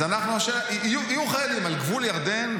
אז יהיו חיילים על גבול ירדן,